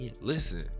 Listen